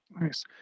Nice